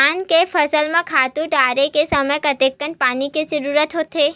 धान के फसल म खातु डाले के समय कतेकन पानी के जरूरत होथे?